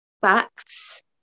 facts